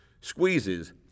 squeezes